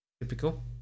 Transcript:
Typical